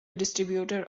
distributor